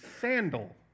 sandal